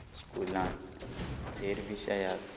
स्कुलांत हेर विशयाक